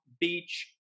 beach